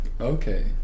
Okay